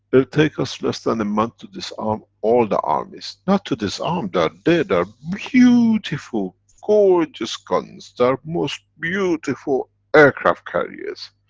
it'll take us less then a month to disarm all the armies. not to disarm they are there, they are beautiful, gorgeous guns. they are most beautiful aircraft carriers,